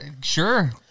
sure